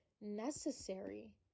necessary